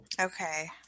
okay